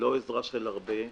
ללא עזרה של רבים אחרים.